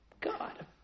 God